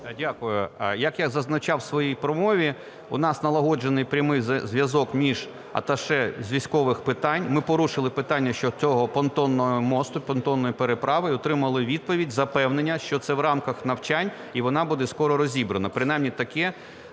Дякую. Як я зазначав у своїй промові, у нас налагоджений прямий зв'язок між аташе з військових питань. Ми порушили питання щодо цього понтонного мосту, понтонної переправи, і отримали відповідь, запевнення, що це в рамках навчань, і вона буде скоро розібрана.